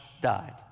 died